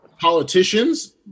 politicians